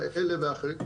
כאלה ואחרים.